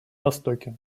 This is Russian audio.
востоке